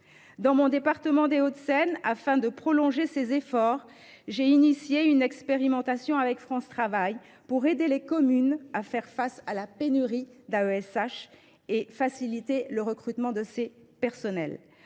Dans le département des Hauts de Seine, afin de prolonger ces efforts, j’ai engagé une expérimentation avec France Travail pour aider les communes à faire face à la pénurie d’accompagnants et faciliter le recrutement de ces professionnels.